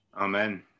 Amen